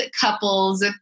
couples